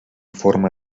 forma